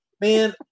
man